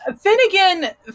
Finnegan